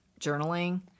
journaling